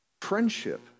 friendship